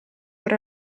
per